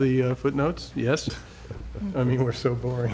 the footnotes yes i mean we are so boring